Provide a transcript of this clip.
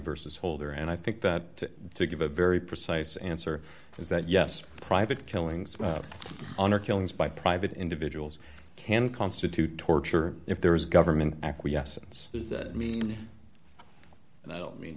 versus holder and i think that to give a very precise answer is that yes private killings honor killings by private individuals can constitute torture if there is government acquiescence does that mean i don't mean